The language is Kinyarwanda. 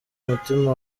umutima